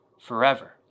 forever